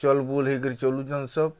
ଚଲ୍ ବୁଲ୍ ହେଇକରି ଚାଲୁଚନ୍ ସବ୍